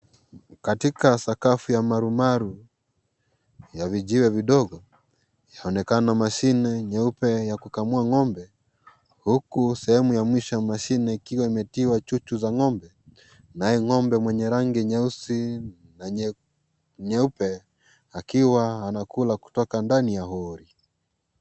Katika sakafu ya marumaru, ya vijiwe vindogo yaonekana mashine nyeupe ya kukamua ng'ombe huku sehumu ya mwisho ya mashine ikiwa imetiwa titi za ng'ombe naye ng'ombe mwenye rangi nyeusi na nyeupe akiwa anakula kutoka ndani ya hori.